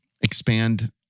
expand